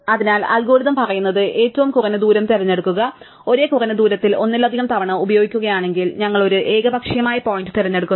അതിനാൽ അൽഗോരിതം പറയുന്നത് ഏറ്റവും കുറഞ്ഞ ദൂരം തിരഞ്ഞെടുക്കുക ഒരേ കുറഞ്ഞ ദൂരത്തിൽ ഒന്നിലധികം തവണ ഉപയോഗിക്കുകയാണെങ്കിൽ ഞങ്ങൾ ഒരു ഏകപക്ഷീയമായ പോയിന്റ് തിരഞ്ഞെടുക്കുന്നു